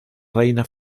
reina